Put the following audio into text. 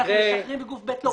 אנחנו מפרסמים וגוף ב', לא.